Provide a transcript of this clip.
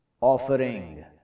offering